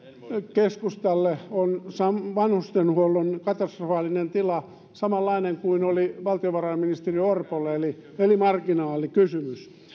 keskustalle vanhustenhuollon katastrofaalinen tila on samanlainen kuin oli valtiovarainministeri orpolle eli eli marginaalikysymys